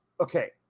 okay